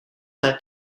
that